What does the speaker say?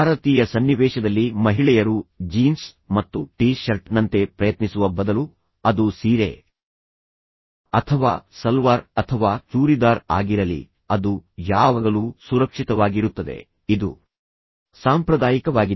ಭಾರತೀಯ ಸನ್ನಿವೇಶದಲ್ಲಿ ಮಹಿಳೆಯರು ಜೀನ್ಸ್ ಮತ್ತು ಟಿ ಶರ್ಟ್ನಂತೆ ಪ್ರಯತ್ನಿಸುವ ಬದಲು ಅದು ಸೀರೆ ಅಥವಾ ಸಲ್ವಾರ್ ಅಥವಾ ಚೂರಿದಾರ್ ಆಗಿರಲಿ ಅದು ಯಾವಾಗಲೂ ಸುರಕ್ಷಿತವಾಗಿರುತ್ತದೆ ಇದು ಸಾಂಪ್ರದಾಯಿಕವಾಗಿದೆ